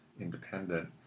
independent